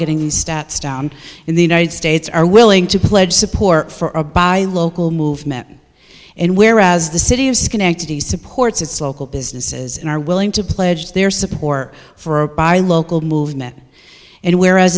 getting the stats down in the united states are willing to pledge support for a buy local movement and whereas the city of schenectady supports its local businesses and are willing to pledge their support for a buy local movement and whereas